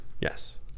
Yes